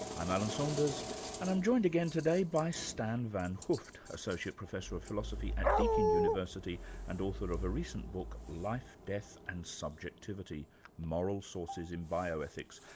i'm alan saunders and i'm joined again today by stan van hooft, associate professor philosophy at deakin university and author of a recent book, life, death and subjectivity moral sources in bioethics.